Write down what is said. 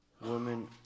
Woman